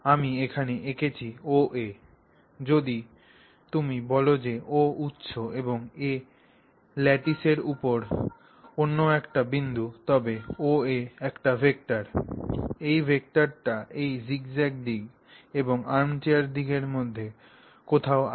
আমি এখানে এঁকেছি OA যদি তুমি বল যে O উৎস এবং A ল্যাটিসের উপর অন্য একটি বিন্দু তবে OA একটি ভেক্টর এই ভেক্টরটি এই জিগজ্যাগ দিক এবং আর্মচেয়ার দিকের মধ্যে কোথাও আছে